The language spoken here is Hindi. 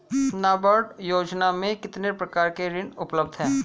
नाबार्ड योजना में कितने प्रकार के ऋण उपलब्ध हैं?